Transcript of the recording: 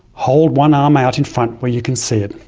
hold one arm out in front where you can see it.